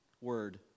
word